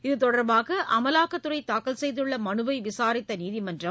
இதுதொடர்பாக அமலாக்கத்துறை தாக்கல் செய்துள்ள மனுவை விசாரித்த நீதிமன்றம்